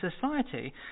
society